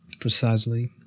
Precisely